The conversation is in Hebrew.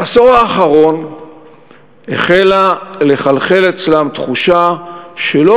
בעשור האחרון החלה לחלחל אצלם תחושה שלא